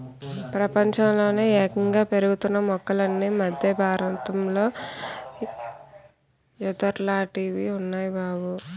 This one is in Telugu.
ప్రపంచంలోనే యేగంగా పెరుగుతున్న మొక్కలన్నీ మద్దె బారతంలో యెదుర్లాటివి ఉన్నాయ్ బాబూ